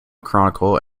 chronicle